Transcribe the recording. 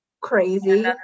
crazy